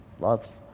lots